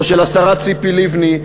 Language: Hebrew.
או של השרה ציפי לבני,